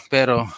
Pero